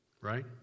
right